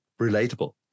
relatable